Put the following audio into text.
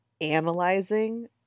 analyzing